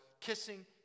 kissing